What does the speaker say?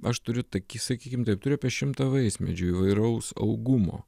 aš turiu tokį sakykim taip turiu apie šimtą vaismedžių įvairaus augumo